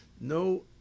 No